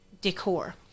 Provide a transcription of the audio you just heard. decor